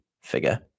figure